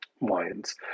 wines